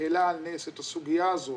שהעלה על נס את הסוגיה הזו